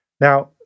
Now